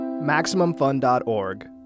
MaximumFun.org